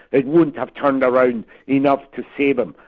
it won't have turned around enough to save him.